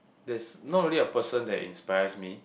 there's not really a person that inspires me